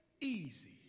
easy